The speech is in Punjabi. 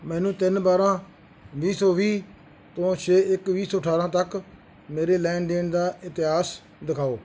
ਮੈਨੂੰ ਤਿੰਨ ਬਾਰ੍ਹਾਂ ਵੀਹ ਸੌ ਵੀਹ ਤੋਂ ਛੇ ਇੱਕ ਵੀਹ ਸੌ ਅਠਾਰ੍ਹਾਂ ਤੱਕ ਮੇਰੇ ਲੈਣ ਦੇਣ ਦਾ ਇਤਿਹਾਸ ਦਿਖਾਓ